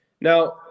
Now